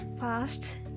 fast